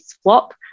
swap